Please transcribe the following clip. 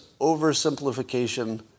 oversimplification